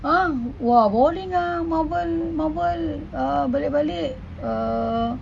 ah !wah! boring ah Marvel Marvel uh balik-balik uh